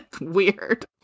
Weird